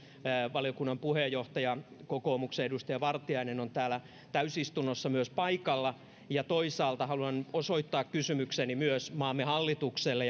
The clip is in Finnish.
valiokunnan puheenjohtaja kokoomuksen edustaja vartiainen on täällä täysistunnossa myös paikalla toisaalta haluan osoittaa myös maamme hallitukselle